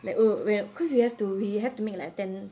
like oh because we have to we have to make like attend~